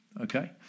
okay